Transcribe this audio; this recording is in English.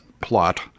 plot